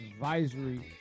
Advisory